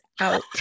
out